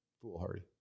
foolhardy